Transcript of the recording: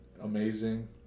Amazing